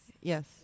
Yes